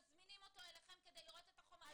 אתם מזמינים אותו לראות את החומרים.